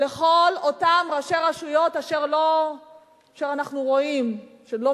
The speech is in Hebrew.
לכל אותם ראשי רשויות אשר אנחנו רואים שהם